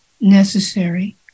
necessary